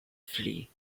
flee